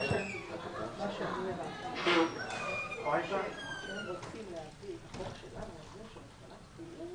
הגבלת פעילות) (שינוי התוספת לחוק) (מס' 3),